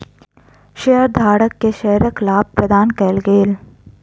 शेयरधारक के शेयरक लाभ प्रदान कयल गेल